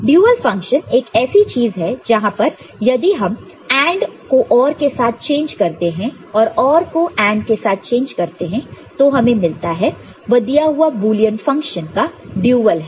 dual function एक ऐसी चीज है जहां पर यदि हम AND को OR के साथ चेंज करते हैं और OR को AND के साथ चेंज करते हैं तो जो हमें मिलता है वह दिया हुआ बुलियन फंक्शन का ड्यूल है